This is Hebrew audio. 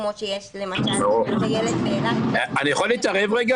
כמו שיש למשל --- אני יכול להתערב רגע,